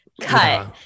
cut